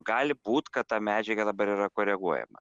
gali būt kad ta medžiaga dabar yra koreguojama